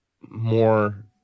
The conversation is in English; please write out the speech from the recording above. more